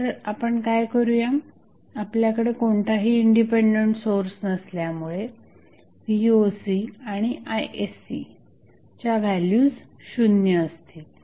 तर आपण काय करू आपल्याकडे कोणताही इंडिपेंडंट सोर्स नसल्यामुळे voc आणि isc च्या व्हॅल्यूज शून्य असतील